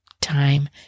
time